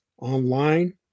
online